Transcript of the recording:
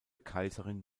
kaiserin